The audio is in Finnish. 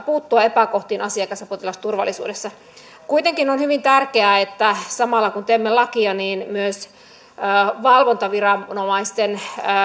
puuttua epäkohtiin asiakas ja potilasturvallisuudessa kuitenkin on hyvin tärkeää että samalla kun teemme lakia myös valvontaviranomaisten